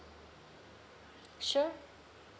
sure